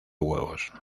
huevos